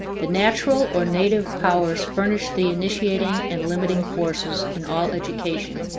the natural, or native, powers furnish the initiating and limiting forces in all education